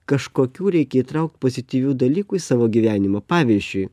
kažkokių reikia įtraukt pozityvių dalykų į savo gyvenimą pavyzdžiui